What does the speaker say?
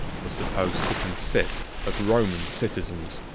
were supposed to consist of roman citizens.